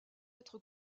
être